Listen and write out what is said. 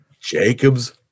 Jacobs